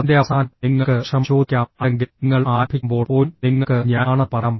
അതിന്റെ അവസാനം നിങ്ങൾക്ക് ക്ഷമ ചോദിക്കാം അല്ലെങ്കിൽ നിങ്ങൾ ആരംഭിക്കുമ്പോൾ പോലും നിങ്ങൾക്ക് ഞാൻ ആണെന്ന് പറയാം